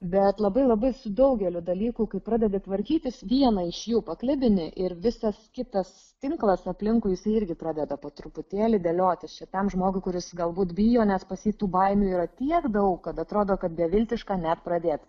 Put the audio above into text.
bet labai labai su daugeliu dalykų kai pradedi tvarkytis vieną iš jų paklibini ir visas kitas tinklas aplinkui jisai irgi pradeda po truputėlį dėliotis šitam žmogui kuris galbūt bijo nes pas jį tų baimių yra tiek daug kad atrodo kad beviltiška net pradėt